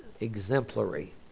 exemplary